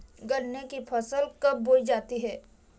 गन्ने की फसल कब बोई जाती है?